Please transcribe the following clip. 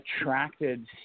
attracted